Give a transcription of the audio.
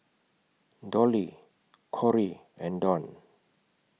Dolly Kory and Dawn